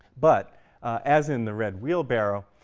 but as in the red wheelbarrow,